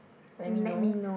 let me know